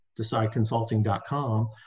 decideconsulting.com